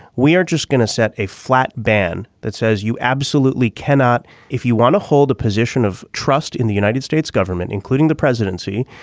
we are just going to set a flat ban that says you absolutely cannot if you want to hold a position of trust in the united states government including the presidency.